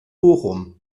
bochum